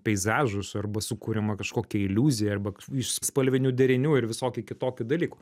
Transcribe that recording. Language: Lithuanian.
peizažus arba sukuriama kažkokia iliuzija arba iš spalvinių derinių ir visokių kitokių dalykų